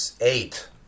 eight